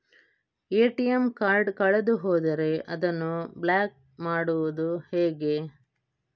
ATM card ಕಳೆದು ಹೋದರೆ ಅದನ್ನು ಬ್ಲಾಕ್ ಮಾಡುವುದು ಹೇಗೆ?